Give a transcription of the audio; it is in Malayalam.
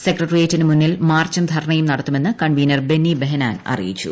സെക്രട്ടറിയേറ്റിനു മുന്നിൽ മാർച്ചും ധർണ്ണയും നടത്തുമെന്ന് കൺവീനർ ബന്നി ബഹ്നാൻ അറിയിച്ചു